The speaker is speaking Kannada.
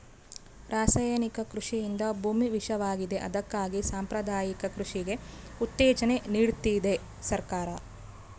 ರಾಸಾಯನಿಕ ಕೃಷಿಯಿಂದ ಭೂಮಿ ವಿಷವಾಗಿವೆ ಅದಕ್ಕಾಗಿ ಸಾಂಪ್ರದಾಯಿಕ ಕೃಷಿಗೆ ಉತ್ತೇಜನ ನೀಡ್ತಿದೆ ಸರ್ಕಾರ